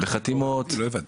בחתימות --- לא הבנתי.